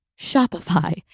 Shopify